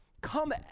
come